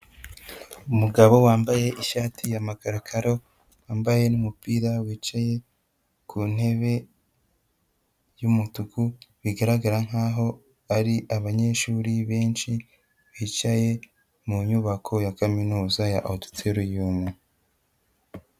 Umugabo wambaye ishati y'amakarokaro, wambaye n'umupira, wicaye ku ntebe y'umutuku, bigaragara nkaho ari abanyeshuri benshi bicaye mu nyubako ya kaminuza ya Oditoriyumu.